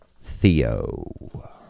Theo